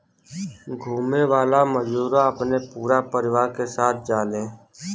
घुमे वाला मजूरा अपने पूरा परिवार के साथ जाले